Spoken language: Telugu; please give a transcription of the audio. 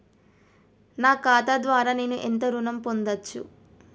నా ఖాతా ద్వారా నేను ఎంత ఋణం పొందచ్చు?